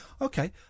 Okay